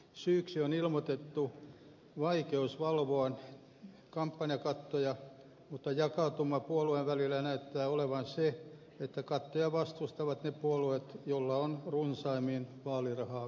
syyksi on ilmoitettu vaikeus valvoa kampanjakattoja mutta jakautuma puolueiden välillä näyttää olevan se että kattoja vastustavat ne puolueet joilla on runsaimmin vaalirahaa käytettävissä